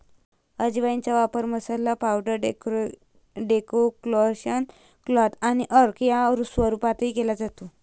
अजवाइनचा वापर masala, powder, decoction, क्वाथ आणि अर्क या स्वरूपातही केला जातो